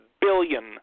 billion